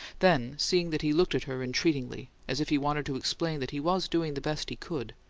then, seeing that he looked at her entreatingly, as if he wanted to explain that he was doing the best he could,